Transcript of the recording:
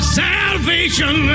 salvation